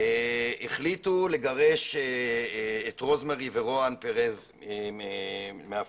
החליטו לגרש את רוזמרי ורואן פרז מהפיליפינים.